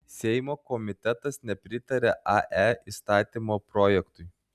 seimo komitetas nepritarė ae įstatymo projektui